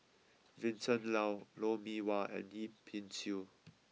Vincent Leow Lou Mee Wah and Yip Pin Xiu